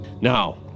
Now